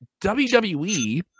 WWE